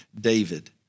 David